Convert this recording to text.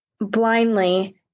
blindly